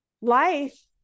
Life